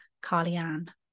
Carly-Ann